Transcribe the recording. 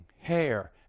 hair